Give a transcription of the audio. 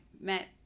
met